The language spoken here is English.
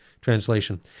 translation